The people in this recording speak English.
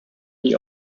they